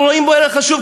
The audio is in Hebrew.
אנחנו רואים בו ערך חשוב,